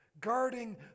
guarding